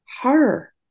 horror